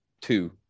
two